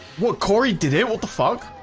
what cory did they what the fuck